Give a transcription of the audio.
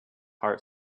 heart